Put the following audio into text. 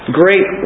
great